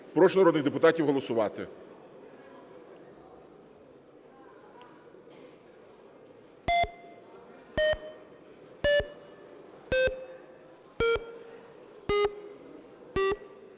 Прошу народних депутатів голосувати.